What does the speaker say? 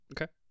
Okay